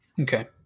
Okay